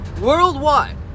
worldwide